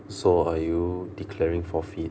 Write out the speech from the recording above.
so are you declaring forfeit